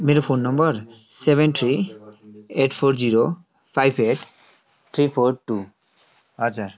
मेरो phone number seven three eight four zero five eight three four two हजर